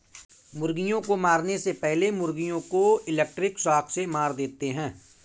मुर्गियों को मारने से पहले मुर्गियों को इलेक्ट्रिक शॉक से मार देते हैं